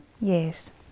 Yes